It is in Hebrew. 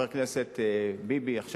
עכשיו,